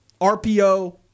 rpo